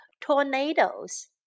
tornadoes